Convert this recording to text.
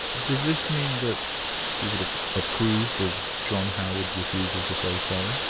does this mean that he would have approved of john howard's refusal to say sorry,